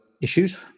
issues